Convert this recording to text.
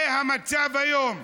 זה המצב היום.